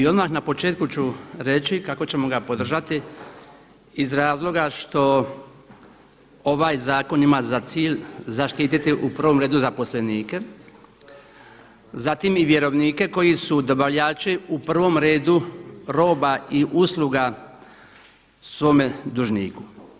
I odmah na početku ću reći kako ćemo ga podržati iz razloga što ovaj zakon ima za cilj zaštititi u prvom redu zaposlenike, zatim i vjerovnike koji su dobavljači u prvom redu roba i usluga svome dužniku.